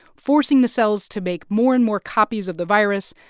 forcing the cells to make more and more copies of the virus,